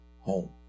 home